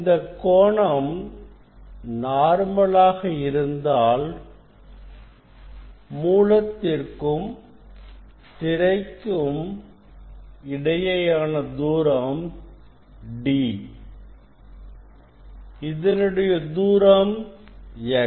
இந்தக்கோணம் நார்மலாக இருந்தால் மூலத்திற்கும் திரைக்கும் தூரம் D இதனுடைய தூரம் X